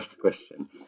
question